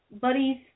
buddies